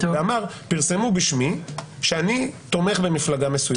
ואמר: פרסמו בשמי שאני תומך במפלגה מסוימת.